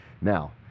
Now